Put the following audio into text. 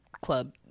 club